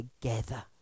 together